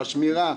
בשמירה?